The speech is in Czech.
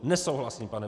Nesouhlasím, pane...